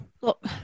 Look